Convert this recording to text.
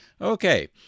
Okay